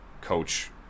coach